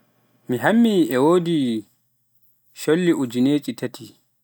mi hammi e wodi colli ujineje taati.